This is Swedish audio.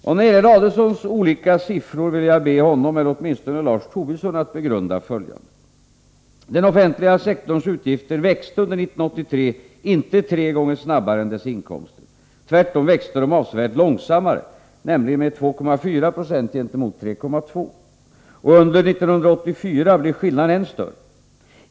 Och när det gäller Adelsohns olika siffror vill jag be honom, eller åtminstone Lars Tobisson, att begrunda följande. Den offentliga sektorns utgifter växte under 1983 inte tre gånger snabbare än dess inkomster. Tvärtom växte de avsevärt långsammare, nämligen med 2,4 90 gentemot 3,2 7o. Och under 1984 blir skillnaden än större.